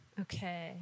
Okay